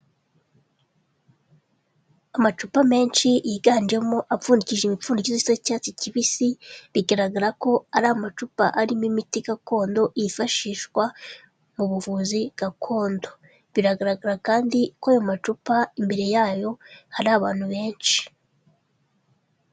Amacupa menshi yiganjemo apfundikishije imipfundikizo isa y'icyatsi kibisi, bigaragara ko ari amacupa arimo imiti gakondo yifashishwa mu buvuzi gakondo. Biragaragara kandi ko ayo macupa imbere yayo hari abantu benshi.